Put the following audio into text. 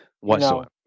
whatsoever